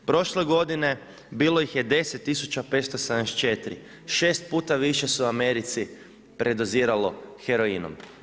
Prošle godine bilo ih je 10 tisuća 574, 6 puta više se u Americi predoziralo heroinom.